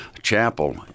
Chapel